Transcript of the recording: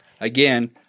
again